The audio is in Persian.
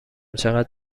چقد